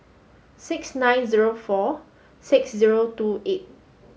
six nine zero four six zero two eight